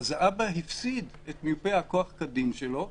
אז האבא הפסיד את מיופה הכוח כדין שלו.